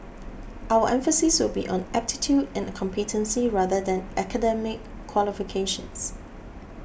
our emphasis will be on aptitude and competency rather than academic qualifications